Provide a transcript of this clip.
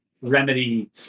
remedy